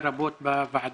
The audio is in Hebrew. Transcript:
פה אחד.